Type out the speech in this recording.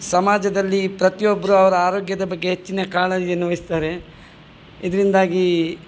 ಸಮಾಜದಲ್ಲಿ ಪ್ರತಿಯೊಬ್ಬರು ಅವರ ಆರೋಗ್ಯದ ಬಗ್ಗೆ ಹೆಚ್ಚಿನ ಕಾಳಜಿಯನ್ನು ವಹಿಸ್ತಾರೆ ಇದರಿಂದಾಗಿ